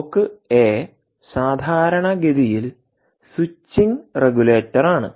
block A സാധാരണഗതിയിൽ switching റെഗുലേറ്ററാണ്